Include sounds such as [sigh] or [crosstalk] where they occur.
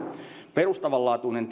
perustavanlaatuinen [unintelligible]